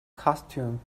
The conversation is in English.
costume